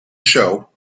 show